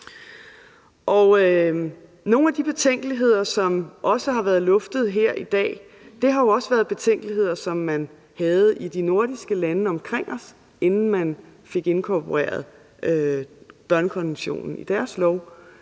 Nogle af de betænkeligheder, som også har været luftet her i dag, har også været betænkeligheder, som de havde i de nordiske lande omkring os, inden de fik inkorporeret børnekonventionen i deres lov.